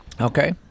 Okay